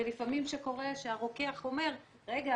ולפעמים קורה שהרוקח אומר: רגע,